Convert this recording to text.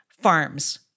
farms